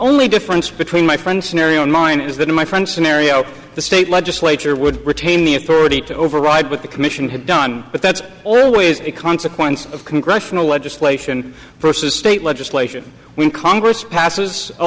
only difference between my friend scenario and mine is that my functionary of the state legislature would retain the authority to override what the commission had done but that's always a consequence of congressional legislation versus state legislation when congress passes a